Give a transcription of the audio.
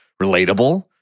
relatable